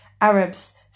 Arabs